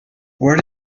where